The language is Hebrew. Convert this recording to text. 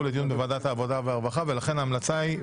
לדיון בוועדת העבודה והרווחה ולכן ההמלצה היא,